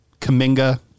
Kaminga